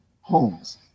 homes